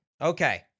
Okay